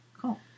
Cool